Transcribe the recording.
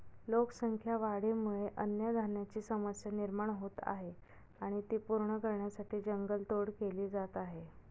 लोकसंख्या वाढीमुळे अन्नधान्याची समस्या निर्माण होत आहे आणि ती पूर्ण करण्यासाठी जंगल तोड केली जात आहे